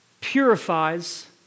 purifies